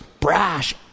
brash